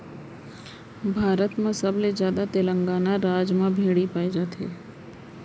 भारत म सबले जादा तेलंगाना राज म भेड़ी पाए जाथे